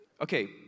okay